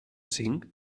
cinc